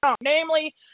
namely